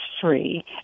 free